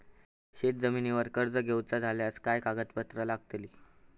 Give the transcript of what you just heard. शेत जमिनीवर कर्ज घेऊचा झाल्यास काय कागदपत्र लागतली?